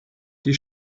die